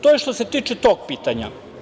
To je što se tiče tog pitanja.